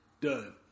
Done